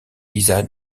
lisa